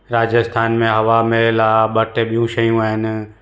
राजस्थान में हवा महल आहे ॿ टे ॿियूं शयूं आहिनि